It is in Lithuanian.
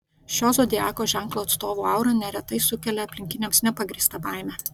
šio zodiako ženklo atstovų aura neretai sukelia aplinkiniams nepagrįstą baimę